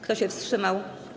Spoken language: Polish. Kto się wstrzymał?